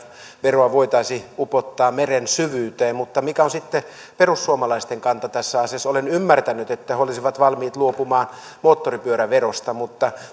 voitaisiin upottaa meren syvyyteen mutta mikä on sitten perussuomalaisten kanta tässä asiassa olen ymmärtänyt että he olisivat valmiit luopumaan moottoripyöräverosta mutta